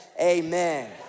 amen